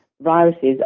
Viruses